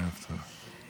ערב טוב.